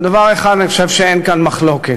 על דבר אחד אני חושב שאין כאן מחלוקת,